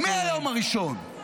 -- מהיום הראשון.